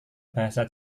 bahasa